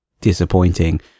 Disappointing